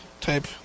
type